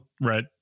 Right